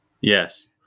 Yes